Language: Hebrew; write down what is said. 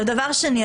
ודבר שני,